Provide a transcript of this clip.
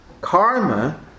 karma